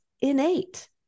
innate